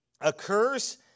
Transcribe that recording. occurs